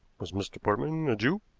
was mr. portman a jew?